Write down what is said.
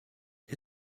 est